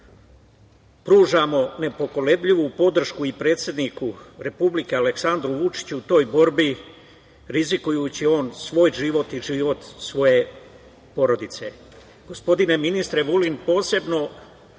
pružamo nepokolebljivu podršku i predsedniku Republike, Aleksandru Vučiću u toj borbi rizikujući on svoj život i život svoje porodice. Gospodine ministre Vulin, posebno